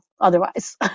otherwise